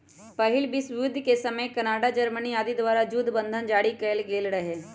पहिल विश्वजुद्ध के समय कनाडा, जर्मनी आदि द्वारा जुद्ध बन्धन जारि कएल गेल रहै